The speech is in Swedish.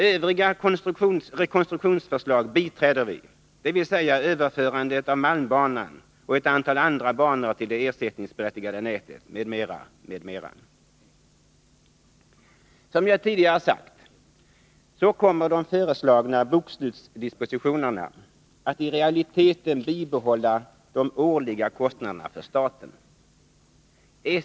Övriga rekonstruktionsförslag biträder vi, dvs. överförandet av malmbanan och ett antal andra banor till det ersättningsberättigade nätet, m.m. Som jag tidigare sagt, kommer de föreslagna bokslutsdispositionerna att i realiteten bibehålla de årliga kostnaderna för staten.